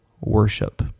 worship